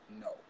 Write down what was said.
no